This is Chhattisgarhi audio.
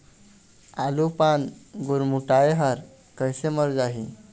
आलू पान गुरमुटाए हर कइसे मर जाही?